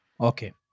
Okay